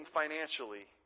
financially